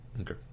Okay